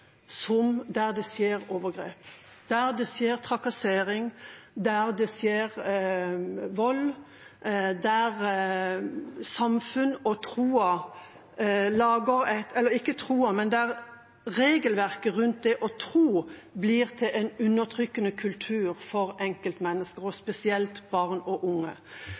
livssynssamfunn der det skjer overgrep, der det skjer trakassering, der det skjer vold, der samfunn og regelverk rundt det å tro blir til en undertrykkende kultur for enkeltmennesker, og spesielt barn og unge.